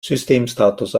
systemstatus